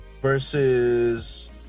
versus